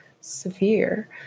severe